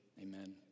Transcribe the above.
amen